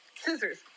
Scissors